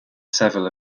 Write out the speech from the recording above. several